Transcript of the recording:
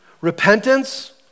Repentance